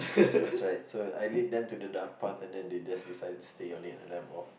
that's right so I lead them to the dark park and then they just decided to stay on it and then I'm off